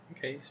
Okay